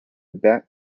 bat